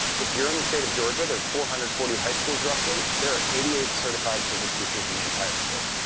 if you're in the state of georgia, there's four hundred and forty high schools roughly there are eighty eight certified physics teachers in the entire state.